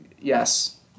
yes